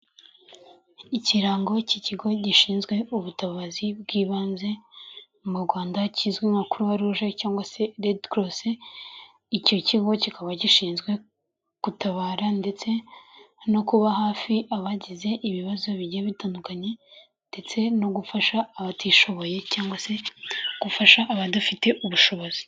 Ikirango cy'ikigo gishinzwe ubutabazi bw'ibanze mu Rwanda, kizwi nka croix rouge cyangwa se red cross, icyo kigo kikaba gishinzwe gutabara ndetse no kuba hafi abagize ibibazo bigiye bitandukanye, ndetse no gufasha abatishoboye, cyangwa se gufasha abadafite ubushobozi.